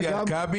זה ממטי הרכבי,